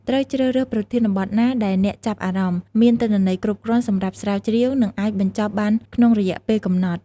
ត្រូវជ្រើសរើសប្រធានបទណាដែលអ្នកចាប់អារម្មណ៍ មានទិន្នន័យគ្រប់គ្រាន់សម្រាប់ស្រាវជ្រាវ និងអាចបញ្ចប់បានក្នុងរយៈពេលកំណត់។